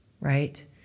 right